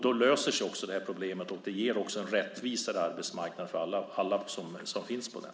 Då löser sig också det här problemet och det ger en rättvisare arbetsmarknad för alla som finns på den.